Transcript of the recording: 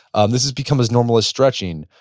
um this has become as normal as stretching.